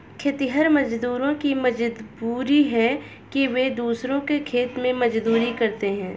खेतिहर मजदूरों की मजबूरी है कि वे दूसरों के खेत में मजदूरी करते हैं